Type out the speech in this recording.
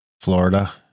Florida